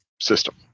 system